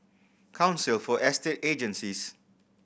Council for Estate Agencies